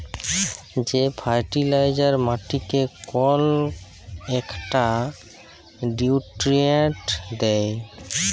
যে ফার্টিলাইজার মাটিকে কল ইকটা লিউট্রিয়েল্ট দ্যায়